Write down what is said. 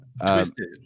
Twisted